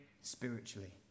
spiritually